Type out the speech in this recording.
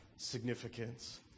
significance